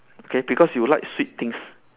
okay because you like sweet things